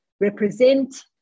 represent